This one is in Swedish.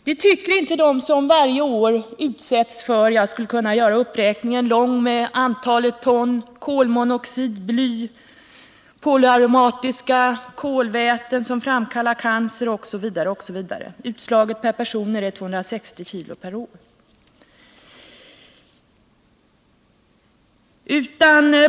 Det tycker inte de som varje år utsätts för — jag skulle kunna göra uppräkningen lång genom att ange antalet ton — kolmonoxid, bly, polyaromatiska kolväten som framkallar cancer osv. Utslaget per person är det 260 kg om året.